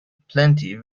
plenty